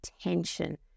attention